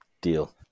Deal